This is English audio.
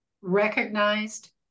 recognized